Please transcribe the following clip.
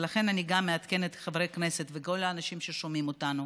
ולכן אני גם מעדכנת את חברי הכנסת וכל האנשים ששומעים אותנו.